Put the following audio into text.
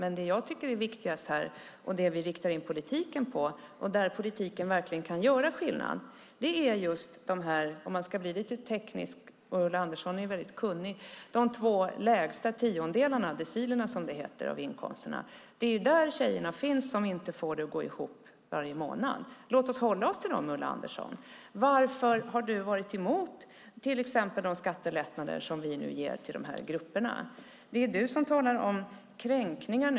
För att uttrycka det lite tekniskt - Ulla Andersson är ju väldigt kunnig - vill jag säga att det vi riktar in politiken på, och där politiken kan göra skillnad, är de två lägsta tiondelarna, decilerna, av inkomsterna. Där finns tjejerna som inte får det att gå ihop varje månad. Låt oss hålla oss till dem. Varför har du varit emot de skattelättnader som vi ger de grupperna? Du talar om kränkningar.